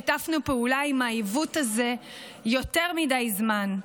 שיתפנו פעולה עם העיוות הזה יותר מדי זמן.